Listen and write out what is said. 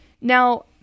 Now